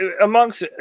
Amongst